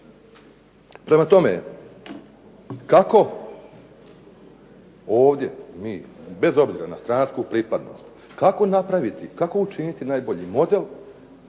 Prema tome, kako ovdje mi bez obzira na stranačku pripadnost kako napraviti, kako učiniti najbolji model